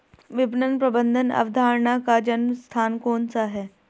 विपणन प्रबंध अवधारणा का जन्म स्थान कौन सा है?